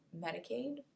Medicaid